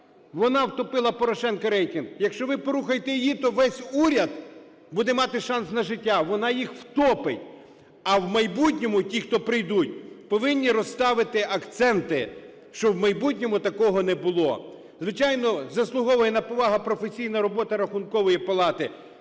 Вона втопила Порошенка рейтинг! Якщо ви порухаєте її, то весь уряд буде мати шанс на життя. Вона їх втопить! А в майбутньому ті, хто прийдуть, повинні розставити акценти, щоб у майбутньому такого не було. Звичайно, заслуговує на повагу професійна робота Рахункової палати,